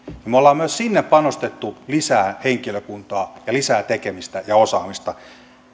me olemme myös sinne panostaneet lisää henkilökuntaa ja lisää tekemistä ja osaamista